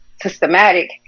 Systematic